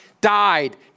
died